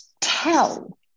tell